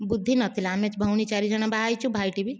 ବୁଦ୍ଧି ନଥିଲା ଆମେ ଭଉଣୀ ଚାରିଜଣ ବାହାହେଇଛୁ ଭାଇଟି ବି